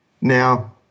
Now